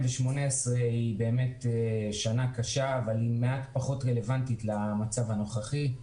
היא באמת שנה קשה אבל היא פחות רלוונטית למצב הנוכחי.